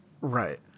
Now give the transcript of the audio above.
right